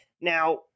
Now